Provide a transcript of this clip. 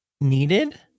needed